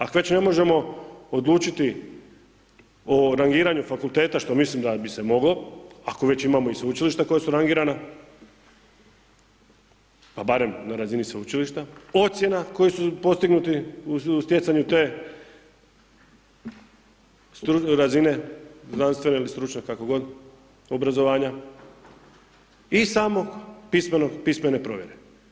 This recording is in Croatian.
Ak već ne možemo odlučiti o rangiranju fakulteta, što mislim da bi se moglo, ako već imamo i sveučilišta koja su rangirana, pa barem na razini sveučilišta, ocjena koju su postignuti u stjecanju te razine znanstvene ili stručne kako god obrazovanja i same pismene provjere.